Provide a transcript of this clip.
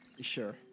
Sure